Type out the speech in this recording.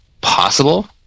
possible